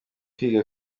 kwiga